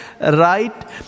right